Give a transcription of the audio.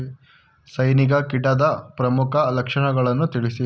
ಸೈನಿಕ ಕೀಟದ ಪ್ರಮುಖ ಲಕ್ಷಣಗಳನ್ನು ತಿಳಿಸಿ?